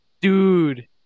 dude